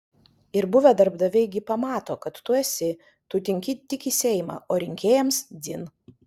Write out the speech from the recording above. ir buvę darbdaviai gi pamato kad tu esi tu tinki tik į seimą o rinkėjams dzin